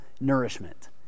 nourishment